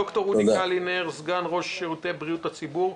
ד"ר אודי קלינר, סגן שירותי בריאות הציבור,